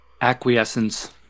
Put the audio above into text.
acquiescence